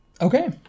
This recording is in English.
Okay